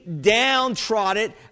downtrodden